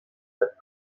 that